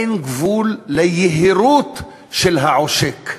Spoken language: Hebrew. אין גבול ליהירות של העושק.